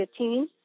2015